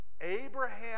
Abraham